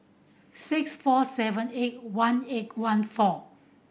six four seven eight one eight one four